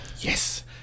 Yes